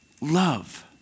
love